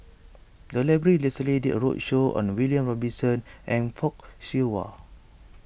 the library recently did a roadshow on the William Robinson and Fock Siew Wah